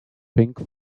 pink